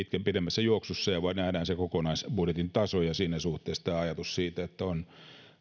pidemmässä juoksussa ja nähdään kokonaisbudjetin taso ja siinä suhteessa tämä ajatus siitä että on